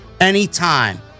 anytime